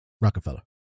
Rockefeller